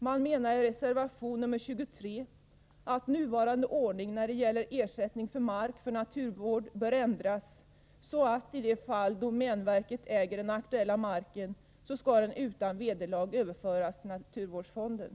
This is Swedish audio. Man menar i reservation nr 23 att nuvarande ordning när det gäller ersättning för mark för naturvård bör ändras så, att i de fall domänverket äger den aktuella marken skall den utan vederlag överföras till naturvårdsfonden.